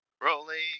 Rolling